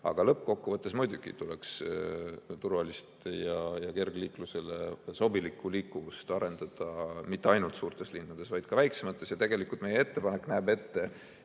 Aga lõppkokkuvõttes muidugi tuleks turvalist ja kergliiklusele sobilikku [taristut] arendada mitte ainult suurtes linnades, vaid ka väiksemates. Tegelikult meie ettepanek on, et